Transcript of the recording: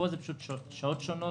פה זה פשוט שעות שונות.